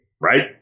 right